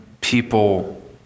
people